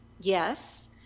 Yes